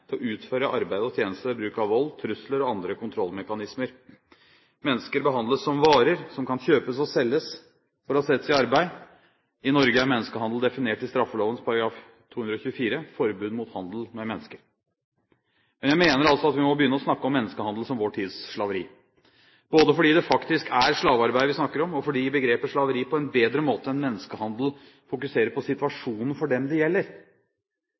til å utføre arbeid og tjenester ved bruk av vold, trusler og andre kontrollmekanismer. Mennesker behandles som varer som kan kjøpes og selges for å settes i arbeid. I Norge er menneskehandel definert i straffeloven § 224, forbud mot handel med mennesker. Men jeg mener altså at vi må begynne å snakke om menneskehandel som vår tids slaveri, både fordi det faktisk er slavearbeid vi snakker om, og fordi begrepet slaveri på en bedre måte enn menneskehandel fokuserer på situasjonen for dem det gjelder.